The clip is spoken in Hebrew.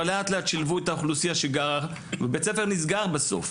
אבל לאט לאט שילבו את האוכלוסייה שגרה - בית הספר נסגר בסוף.